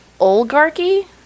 Oligarchy